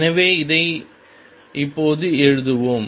எனவே இதை இப்போது எழுதுவோம்